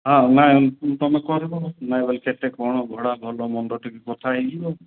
ହଁ ନାଇଁ ତୁମେ କରିବ ନାଇଁ ଭାଇ କେତେ କ'ଣ ଭଡ଼ା ଭଲ ମନ୍ଦ ଟିକେ କଥା ହେଇଯିବ